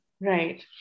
Right